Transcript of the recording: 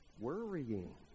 worrying